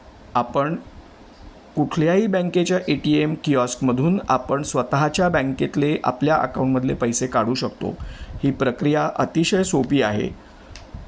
आपण कुठल्याही बँकेच्या ए टी एम किऑस्कमधून आपण स्वतःच्या बँकेतले आपल्या अकाऊंटमधले पैसे काढू शकतो ही प्रक्रिया अतिशय सोपी आहे